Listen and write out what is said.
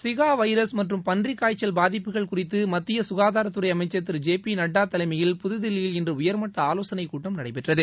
Zika virus மற்றும் பன்றிக்காய்ச்சல் பாதிப்புகள் குறித்து மத்திய சுகாதாரத்துறை அமைச்சர் திரு ஜே பி நட்டா தலைமையில் புதுதில்லியில் இன்று உயர்மட்ட ஆலோசனைக்கூட்டம் நடைபெற்றது